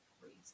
crazy